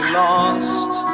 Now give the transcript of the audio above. lost